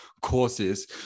courses